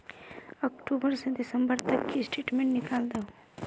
अक्टूबर से दिसंबर तक की स्टेटमेंट निकल दाहू?